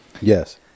Yes